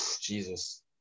Jesus